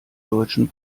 deutschen